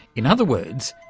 in other words,